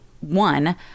one